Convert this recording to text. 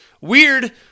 weird